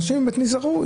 אלא אנשים באמת נזהרו,